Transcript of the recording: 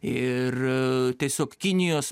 ir tiesiog kinijos